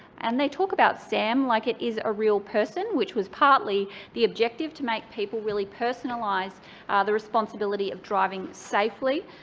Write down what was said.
and they talk about sam like it is a real person, which was partly the objective, to make people really personalise the responsibility of driving safely.